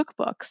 cookbooks